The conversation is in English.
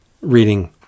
reading